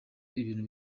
bintu